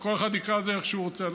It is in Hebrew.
כל אחד יקרא לזה איך שהוא רוצה,